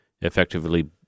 effectively